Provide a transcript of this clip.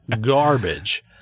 garbage